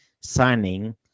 signing